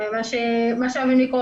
מינית,